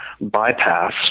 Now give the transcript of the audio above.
bypass